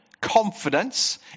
Confidence